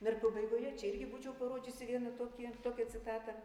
na ir pabaigoje čia irgi būčiau parodžiusi vieną tokį tokią citatą